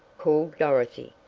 called dorothy.